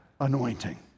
anointing